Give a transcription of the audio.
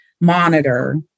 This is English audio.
monitor